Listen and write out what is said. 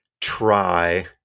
try